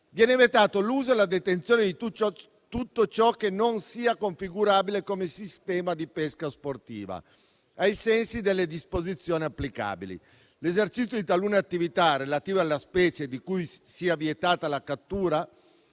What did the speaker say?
viene vietato l'uso e la detenzione di tutto ciò che non sia configurabile come sistema di pesca sportiva, ai sensi delle disposizioni applicabili; l'esercizio di talune attività relativo alla specie di cui sia vietata la cattura